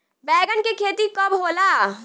बैंगन के खेती कब होला?